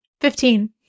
Fifteen